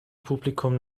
publikum